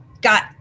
got